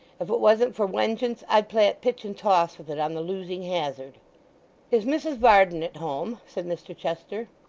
if it wasn't for wengeance, i'd play at pitch and toss with it on the losing hazard is mrs varden at home said mr chester.